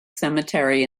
cemetery